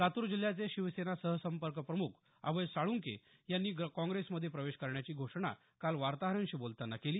लातूर जिल्ह्याचे शिवसेना सहसंपर्क प्रमुख अभय साळंके यांनी काँग्रेसमध्ये प्रवेश करण्याची घोषणा काल वार्ताहरांशी बोलतांना केली